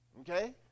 Okay